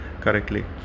correctly